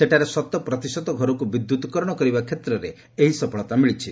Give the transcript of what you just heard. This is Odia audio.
ସେଠାରେ ଶତପ୍ରତିଶତ ଘରକ୍ ବିଦ୍ୟତକରଣ କରିବା କ୍ଷେତ୍ରରେ ଏହି ସଫଳତା ମିଳିଛି